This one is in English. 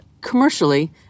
commercially